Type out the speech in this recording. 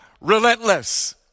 relentless